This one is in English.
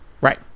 right